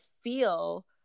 feel